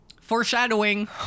Foreshadowing